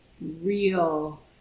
real